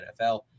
nfl